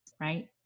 right